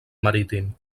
marítim